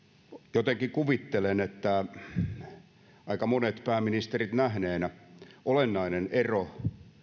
jotenkin kuvittelen aika monet pääministerit nähneenä että olennainen ero